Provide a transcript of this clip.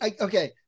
okay